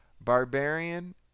barbarian